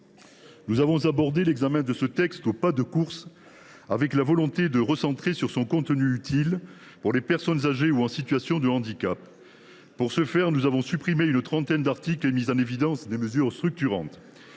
Nous avons abordé l’examen de ce texte au pas de course avec la volonté de le recentrer sur son contenu utile en faveur des personnes âgées ou en situation de handicap. Pour ce faire, nous avons supprimé une trentaine d’articles et mis en évidence des mesures structurantes.